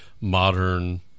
modern